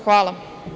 Hvala.